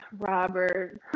Robert